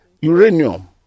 uranium